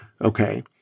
okay